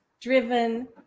driven